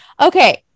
Okay